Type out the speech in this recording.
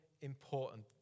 important